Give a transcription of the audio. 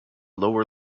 lower